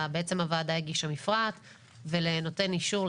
בעצם הוועדה הגישה מפרט ולנותן אישור,